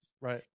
Right